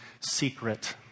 secret